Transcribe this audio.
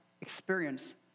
experience